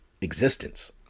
existence